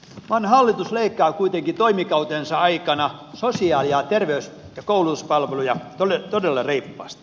maan hallitus leikkaa kuitenkin toimikautensa aikana sosiaali ja terveys ja koulutuspalveluja todella reippaasti